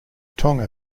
tonga